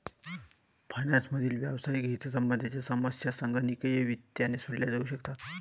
finance मधील व्यावहारिक हितसंबंधांच्या समस्या संगणकीय वित्ताने सोडवल्या जाऊ शकतात